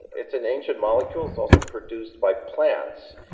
it's an ancient molecule, it's also produced by plants,